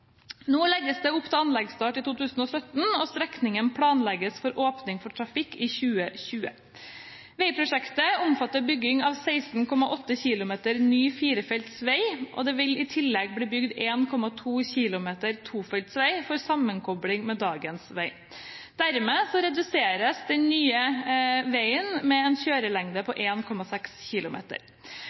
legges opp til anleggsstart i 2017, og strekningen planlegges for åpning for trafikk i 2020. Veiprosjektet omfatter bygging av 16,8 km ny firefelts vei. Det vil i tillegg bli bygd 1,2 km tofelts vei for sammenkopling med dagens vei. Dermed reduseres den nye veien med en kjørelengde på